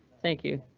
thank you.